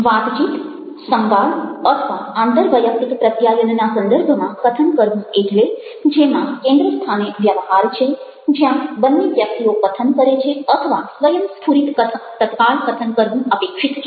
વાતચીત સંવાદ અથવા આંતરવૈયક્તિક પ્રત્યાયનના સંદર્ભમાં કથન કરવું એટલે જેમાં કેન્દ્રસ્થાને વ્યવહાર છે જ્યાં બંને વ્યક્તિઓ કથન કરે છે અથવા સ્વયંસ્ફુરિત તત્કાલ કથન કરવું અપેક્ષિત છે